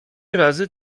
razy